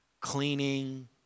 cleaning